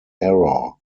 error